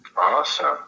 Awesome